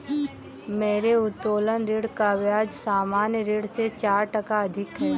मेरे उत्तोलन ऋण का ब्याज सामान्य ऋण से चार टका अधिक है